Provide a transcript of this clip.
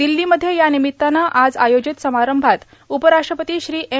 दिल्लीमध्ये या निमित्तानं आज आयोजित समारोहात उपराष्ट्रपती श्री एम